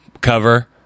cover